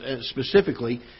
specifically